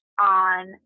on